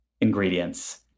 ingredients